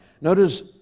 Notice